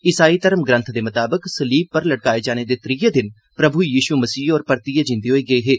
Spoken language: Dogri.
ईसाई धर्म ग्रन्थ दे मताबक सलीब पर लटकाए जाने दे त्रीये दिन प्रभू यीशू मसीह होर परतियै जींदे होई गे हे